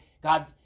God